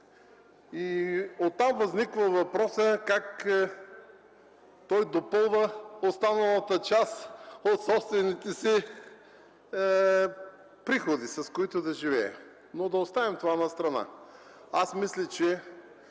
Оттам възниква въпросът: как той допълва останалата част от собствените си приходи, с които да живее? Но да оставим това настрана. Аз мисля, че